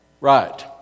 Right